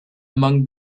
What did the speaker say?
among